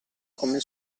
come